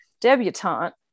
debutante